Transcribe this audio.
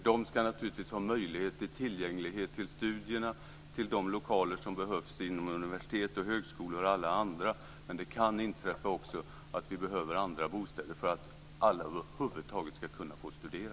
De ska naturligtvis ha tillgänglighet till studier, till de lokaler som behövs inom universitet och högskolor, men det kan också inträffa att det behövs andra bostäder för att alla över huvud taget ska få studera.